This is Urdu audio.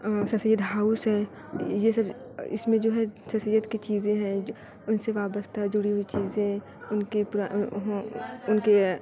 سر سید ہاؤس ہے یہ سب اس میں جو ہے سر سید کی چیزیں ہیں ان سے وابستہ جڑی ہوئی چیزیں ان کی ان کی